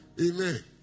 Amen